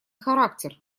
характер